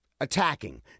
attacking